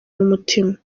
n’umutima